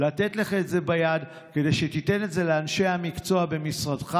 לתת לך את זה ביד כדי שתיתן את זה לאנשי המקצוע במשרדך,